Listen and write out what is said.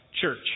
church